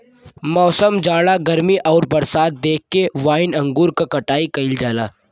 मौसम, जाड़ा गर्मी आउर बरसात देख के वाइन अंगूर क कटाई कइल जाला